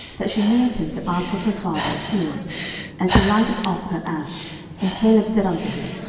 that she moved him to ask of her father a field and she lighted off her ass and caleb said unto her,